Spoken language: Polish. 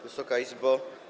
Wysoka Izbo!